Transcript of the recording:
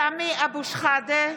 סמי אבו שחאדה,